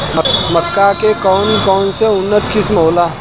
मक्का के कौन कौनसे उन्नत किस्म होला?